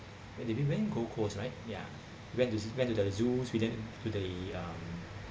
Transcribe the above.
we went gold coast right ya went to see went to the zoos we went to the um